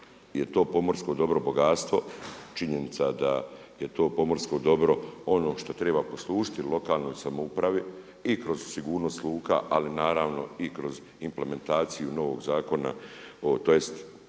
da je to pomorsko dobro bogatstvo, činjenica da je to pomorsko dobro ono što treba poslužiti lokalnoj upravi i kroz sigurnost luka ali naravno i kroz implementaciju novog zakona tj.